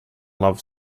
love